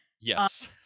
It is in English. Yes